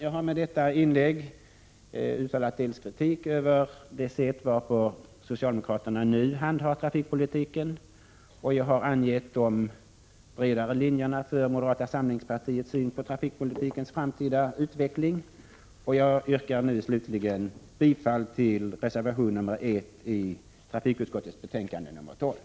Jag har med detta inlägg dels uttalat kritik över det sätt varpå socialdemokraterna hu handhar trafikpolitiken, dels angett de bredare linjerna för moderata samlingspartiets syn på trafikpolitikens framtida utveckling. Jag yrkar slutligen bifall till reservation 1 i trafikutskottets betänkande 12.